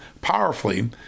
powerfully